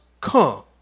come